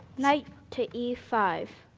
knight to e five.